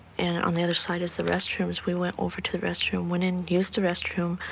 and on the other side is the restrooms. we went over to the restroom, went in, used the restroom.